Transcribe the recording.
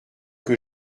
que